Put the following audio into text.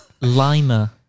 lima